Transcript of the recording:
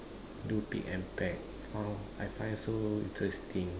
do pick and pack found I find so interesting